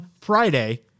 Friday